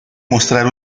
mostrar